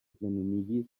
plenumiĝis